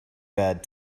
bad